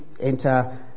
enter